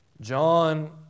John